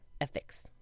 ethics